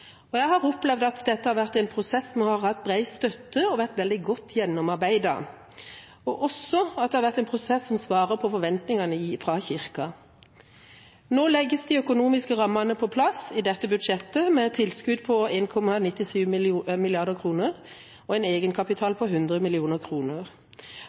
og jeg har opplevd at dette har vært en prosess som har hatt bred støtte og vært veldig godt gjennomarbeidet, og at det også har vært en prosess som svarer på forventningene fra Kirken. Nå legges de økonomiske rammene på plass i dette budsjettet, med et tilskudd på 1,97 mrd. kr og en